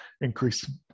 increasing